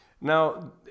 Now